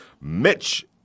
Mitch